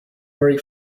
very